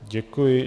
Děkuji.